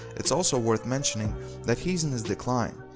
it's also worth mentioning that he's in his decline.